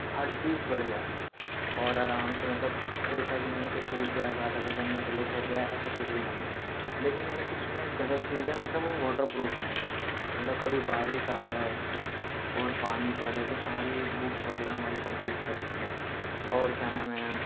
ہر چیز بڑھیا ہے اور آرام سے مطلب کوئی ایسا بھی نہیں ہے کہ ٹوٹ جائے زیادہ وزن رکھ لو پھٹ جائے ایسا کچھ بھی نہیں ہے لیکن ایک اس میں غلط چیز ہے مطلب وہ واٹر پروف نہیں ہے مطلب کبھی بارش آ جائے اور پانی پڑے تو ساری بکس وغیرہ ہماری سب بھیگ سکتی ہیں اور کیا نام ہے